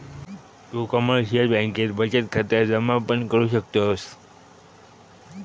तु कमर्शिअल बँकेत बचत खाता जमा पण करु शकतस